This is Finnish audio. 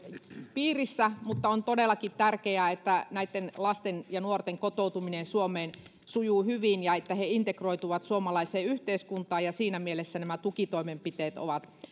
piirissä mutta on todellakin tärkeää että näitten lasten ja nuorten kotoutuminen suomeen sujuu hyvin ja että he integroituvat suomalaiseen yhteiskuntaan ja siinä mielessä nämä tukitoimenpiteet ovat